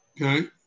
Okay